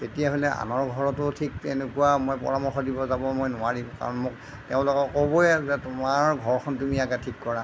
তেতিয়া হ'লে আনৰ ঘৰতো ঠিক তেনেকুৱা মই পৰামৰ্শ দিব যাব মই নোৱাৰিম কাৰণ মোক তেওঁলোকে ক'বই আৰু যে তোমাৰ ঘৰখন তুমি আগে ঠিক কৰা